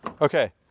Okay